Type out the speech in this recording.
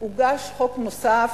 הוגש חוק נוסף,